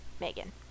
Megan